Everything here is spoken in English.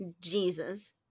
Jesus